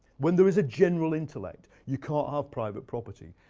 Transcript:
when there is a general intellect, you can't have private property.